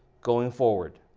going forward,